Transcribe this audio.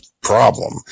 problem